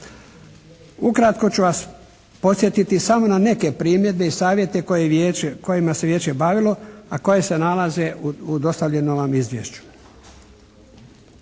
Ukratko ću vas podsjetiti samo na neke primjedbe i savjete kojima se Vijeće bavilo a koja se nalaze u dostavljenom vam izvješću.